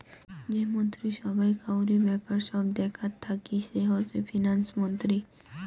যে মন্ত্রী সভায় কাউরি ব্যাপার সব দেখাত থাকি সে হসে ফিন্যান্স মন্ত্রী